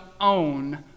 own